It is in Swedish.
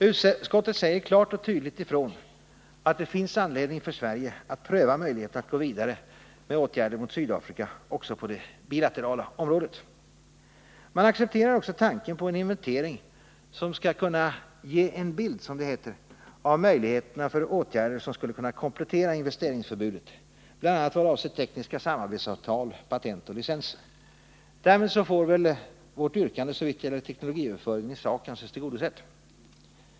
Utskottet säger klart och tydligt ifrån, att det finns ”anledning för Sverige att pröva möjligheterna att gå vidare med åtgärder mot Sydafrika, också på det bilaterala området”. Man accepterar också tanken på en inventering som skall kunna ”ge en bild av möjligheterna för åtgärder som skulle kunna komplettera investeringsförbudet, bl.a. vad avser tekniska samarbetsavtal, patent och licenser”. Därmed får väl vårt yrkande såvitt gäller teknologiöverföringen i sak anses tillgodosett.